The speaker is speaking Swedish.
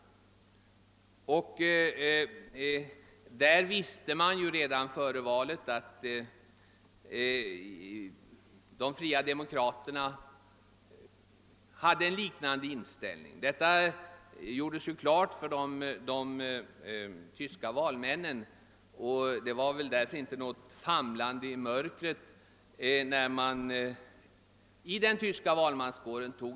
Där visste man redan före valet att de fria demokraterna också intog en bestämd ståndpunkt. Den saken kiargjordes för de tyska valmän nen. När den tyska valmanskåren sedan tog ställning var det därför inget famlande i mörkret.